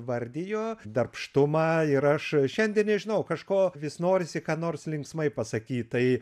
vardijo darbštumą ir aš šiandien nežinau kažko vis norisi ką nors linksmai pasakyt tai